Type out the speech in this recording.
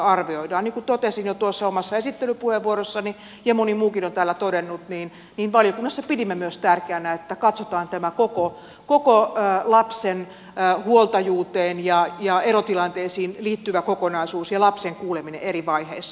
niin kuin totesin jo tuossa omassa esittelypuheenvuorossani ja moni muukin on täällä todennut valiokunnassa pidimme tärkeänä myös sitä että katsotaan tämä koko lapsen huoltajuuteen ja erotilanteisiin liittyvä kokonaisuus ja lapsen kuuleminen eri vaiheissa